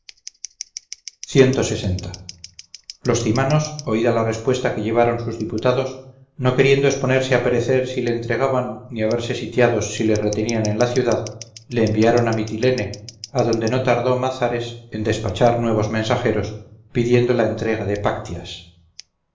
los cymanos oída la respuesta que llevaron sus diputados no queriendo exponerse a perecer si le entregaban ni a verse sitiados si le retenían en la ciudad le enviaron a mytilene a donde no tardó mázares en despachar nuevos mensajeros pidiendo la entrega de